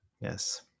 yes